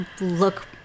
look